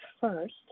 first